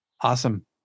Awesome